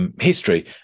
history